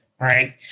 right